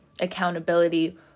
accountability